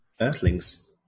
earthlings